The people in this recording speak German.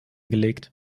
gelegt